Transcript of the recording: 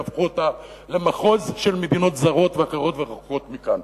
והפכו אותה למחוז של מדינות זרות ואחרות ורחוקות מכאן.